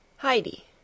Heidi